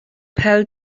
pêl